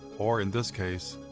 or in this case,